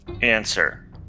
Answer